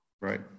Right